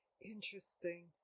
Interesting